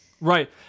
Right